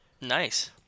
Nice